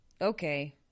Okay